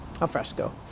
Alfresco